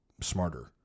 smarter